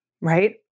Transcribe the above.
Right